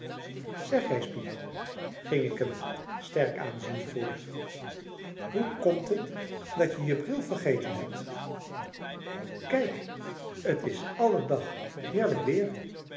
zeg reis piet ging ik hem sterk aanziende voort hoe komt het dat je je bril vergeten hebt kijk t is alledag heerlijk weer